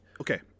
Okay